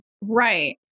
Right